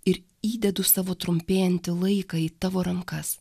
ir įdedu savo trumpėjantį laiką į tavo rankas